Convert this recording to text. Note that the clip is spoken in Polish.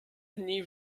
dni